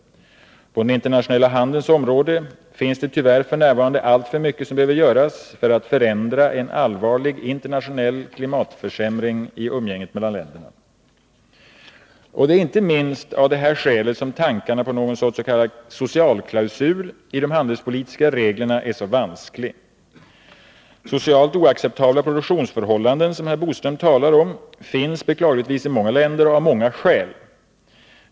På den internationella handelns område finns det tyvärr f. n. allt för mycket som behöver göras för att förändra en allvarlig internationell klimatförsämring i umgänget mellan länderna. Det är inte minst av dessa skäl som tankarna på någon sorts ”socialklausul” i de handelspolitiska reglerna är så vanskliga. ”Socialt oacceptabla produktionsförhållanden”, som herr Bodström talar om, finns beklagligtvis i många länder och av många skäl.